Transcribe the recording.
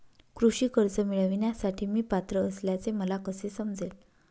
कृषी कर्ज मिळविण्यासाठी मी पात्र असल्याचे मला कसे समजेल?